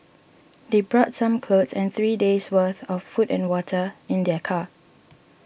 they brought some clothes and three days' worth of food and water in their car